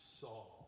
Saul